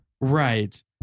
Right